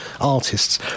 artists